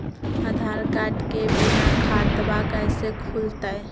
आधार card के बिना खाताबा कैसे खुल तय?